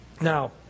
Now